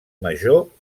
major